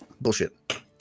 bullshit